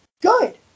good